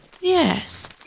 Yes